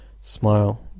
Smile